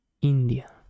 India